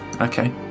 okay